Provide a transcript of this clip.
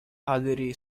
aderì